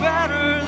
Better